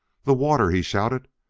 the water! he shouted,